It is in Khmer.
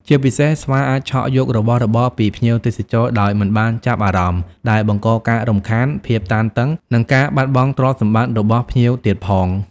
ជាពិសេស ស្វាអាចឆក់យករបស់របរពីភ្ញៀវទេសចរដោយមិនបានចាប់អារម្មណ៍ ដែលបង្កការរំខាន ភាពតានតឹង និងការបាត់បង់ទ្រព្យសម្បត្តិរបស់ភ្ញៀវទៀតផង។